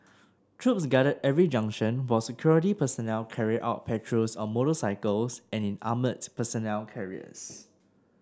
troops guarded every junction while security personnel carried out patrols on motorcycles and in armoured personnel carriers